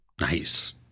nice